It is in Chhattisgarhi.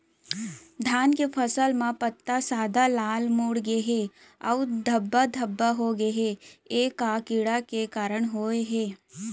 धान के फसल म पत्ता सादा, लाल, मुड़ गे हे अऊ धब्बा धब्बा होगे हे, ए का कीड़ा के कारण होय हे?